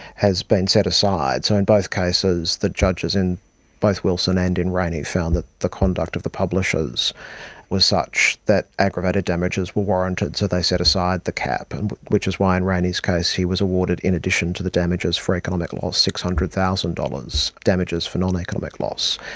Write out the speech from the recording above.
has been set aside. so in both cases the judges in both wilson and in rayney found that the conduct of the publishers were such that aggravated damages were warranted, so they set aside the cap, and which is why in rayney's case he was awarded in addition to the damages for economic loss six hundred thousand dollars damages for noneconomic loss.